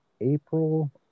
April